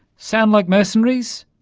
sound like mercenaries?